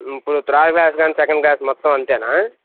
ఇప్పుడు third class కాని second class మొత్తం అంతేనా